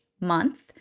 month